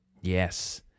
Yes